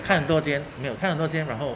开很多间没有开很多间然后